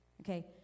Okay